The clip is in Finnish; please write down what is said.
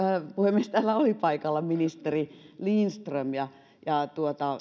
puhemies täällä oli paikalla ministeri lindström ja